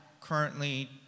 currently